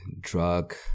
drug